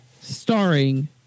starring